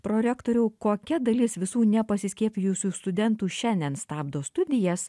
prorektoriau kokia dalis visų nepasiskiepijusiųjų studentų šiandien stabdo studijas